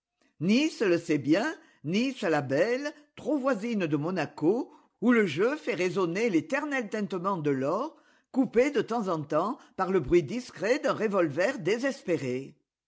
nice le sait bien nice la belle trop voisine de monaco où le jeu fait résonner l'éternel tintement de l'or coupé de temps en temps par le bruit discret d'un revolver désespéré